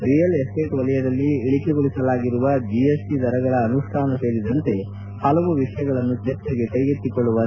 real estate ವಲಯದಲ್ಲಿ ಇಳಿಕೆಗೊಳಿಸಲಾಗಿರುವ GST ದರಗಳನ್ನು ಅನುಷ್ಠಾನ ಸೇರಿದಂತೆ ಹಲವು ವಿಷಯಗಳನ್ನು ಚರ್ಜೆಗೆ ಕೈಗೆತ್ತಿಕೊಳ್ಳುವ ನಿರೀಕ್ಷೆ ಇದೆ